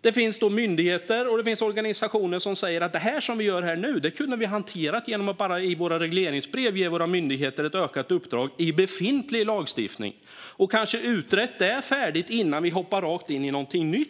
Det finns myndigheter och organisationer som säger att vi kunde ha hanterat det som vi gör nu genom att i regleringsbrev ge myndigheterna ett utökat uppdrag inom befintlig lagstiftning. Vi kanske kunde ha utrett det färdigt innan vi hoppade rakt in i någonting nytt